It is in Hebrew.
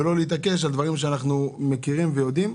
ולא להתעקש על דברים שאנחנו מכירים ויודעים.